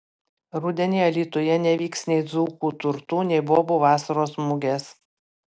rudenį alytuje nevyks nei dzūkų turtų nei bobų vasaros mugės